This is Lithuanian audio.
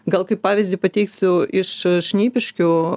gal kaip pavyzdį pateiksiu iš šnipiškių